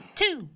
two